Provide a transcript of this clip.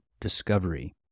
discovery